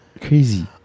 Crazy